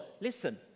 listen